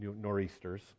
nor'easters